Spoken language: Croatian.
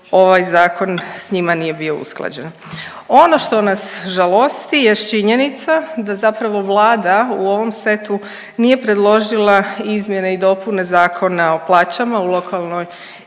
ovaj zakon s njima nije bio usklađen. Ono što nas žalost jest činjenica da zapravo Vlada u ovom setu nije predložila izmjene i dopune Zakona o plaćama u lokalnoj